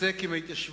להתעסק עם ההתיישבות,